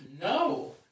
No